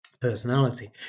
personality